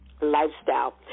lifestyle